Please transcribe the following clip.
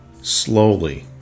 slowly